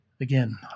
Again